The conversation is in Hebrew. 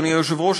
אדוני היושב-ראש,